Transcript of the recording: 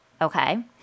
Okay